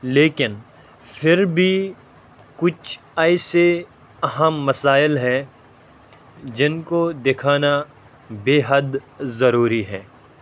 لیکن پھر بھی کچھ ایسے اہم مسائل ہیں جن کو دکھانا بےحد ضروری ہے